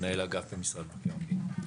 מנהל אגף במשרד מבקר המדינה.